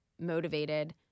motivated